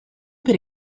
per